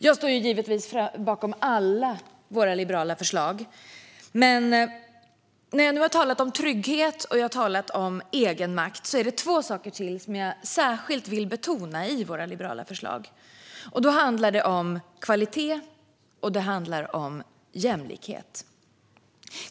Jag står givetvis bakom alla våra liberala förslag, men när jag nu har talat om trygghet och om egenmakt är det två saker till som jag särskilt vill betona i våra liberala förslag. Det handlar om kvalitet, och det handlar om jämlikhet.